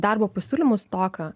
darbo pasiūlymų stoką